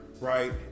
right